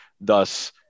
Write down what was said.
thus